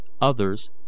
others